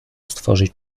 stworzyć